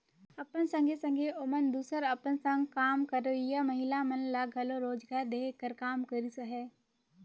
अपन संघे संघे ओमन दूसर अपन संग काम करोइया महिला मन ल घलो रोजगार देहे कर काम करिस अहे